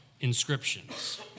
inscriptions